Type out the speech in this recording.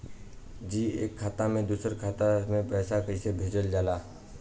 जी एक खाता से दूसर खाता में पैसा कइसे भेजल जाला?